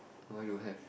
why don't have